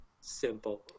simple